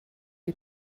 you